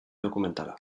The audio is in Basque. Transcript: dokumentala